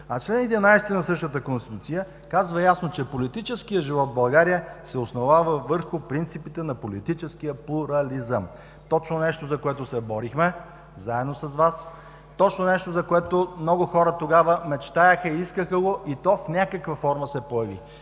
Чл. 11 на същата Конституция казва ясно, че: „Политическият живот в Република България се основава върху принципа на политическия плурализъм“. Точно нещо, за което се борихме заедно с Вас, точно нещо, за което много хора мечтаеха, искаха го, и то в някаква форма се появи.